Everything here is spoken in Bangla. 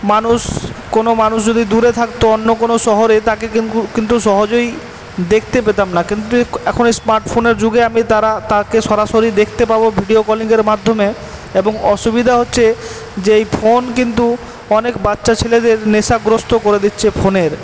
মানুষ কোনো মানুষ যদি দূরে থাকতো অন্য কোনো শহরে তাকে কিন্তু সহজেই দেখতে পেতাম না কিন্তু এখন এই স্মার্ট ফোনের যুগে আমি তাকে সরাসরি দেখতে পাবো ভিডিও কলিংয়ের মাধ্যমে এবং অসুবিধা হচ্ছে যে এই ফোন কিন্তু অনেক বাচ্চা ছেলেদের নেশাগ্রস্ত করে দিচ্ছে ফোনের